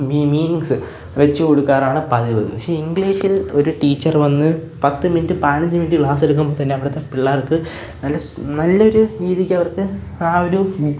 meanings വച്ചുക്കൊടുക്കാറാണ് പതിവ് പക്ഷേ ഇംഗ്ലീഷിൽ ഒരു ടീച്ചർ വന്ന് പത്തു മിനുട്ട് പതിനഞ്ച് മിനുട്ട് ക്ലാസ് എടുക്കുമ്പോള് തന്നെ അവിടത്തെ പിള്ളേർക്ക് നല്ലൊരു രീതിക്കവർക്ക് ആ ഒരു